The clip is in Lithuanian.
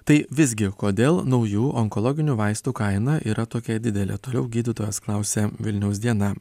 tai visgi kodėl naujų onkologinių vaistų kaina yra tokia didelė toliau gydytojas klausia vilniaus diena